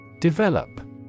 Develop